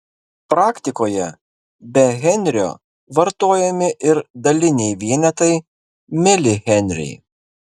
praktikoje be henrio vartojami ir daliniai vienetai milihenriai